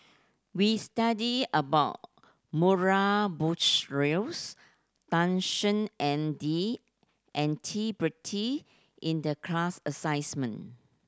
we studied about Murray Buttrose Tan Shen and D N T Pritt in the class assessment